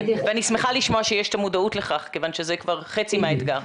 אני שמחה לשמוע שיש את המודעות לכך כיוון שזה כבר חצי מהאתגר.